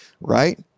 right